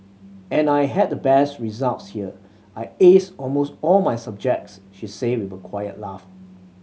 and I had the best results here I aced almost all my subjects she says with a quiet laugh